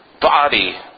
body